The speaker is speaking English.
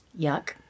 Yuck